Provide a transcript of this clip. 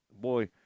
boy